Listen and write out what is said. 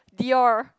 Dior